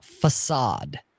facade